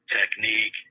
technique